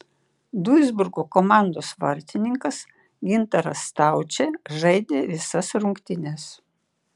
duisburgo komandos vartininkas gintaras staučė žaidė visas rungtynes